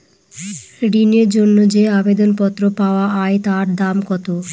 ঋণের জন্য যে আবেদন পত্র পাওয়া য়ায় তার দাম কত?